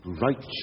righteous